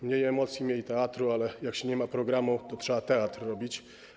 Mniej emocji, mniej teatru, ale jak się nie ma programu, to trzeba teatr robić.